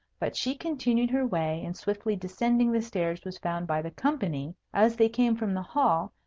but she continued her way, and swiftly descending the stairs was found by the company, as they came from the hall,